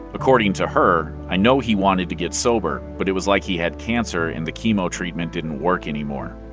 according to her, i know he wanted to get sober, but it was like he had cancer and the chemo treatment didn't work anymore.